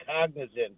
Cognizant